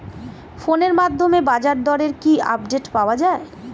ফোনের মাধ্যমে বাজারদরের কি আপডেট পাওয়া যায়?